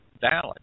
valid